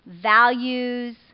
values